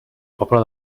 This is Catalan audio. pobla